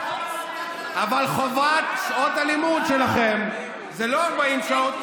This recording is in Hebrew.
אבל חובת שעות הלימוד שלכם זה לא 40 שעות,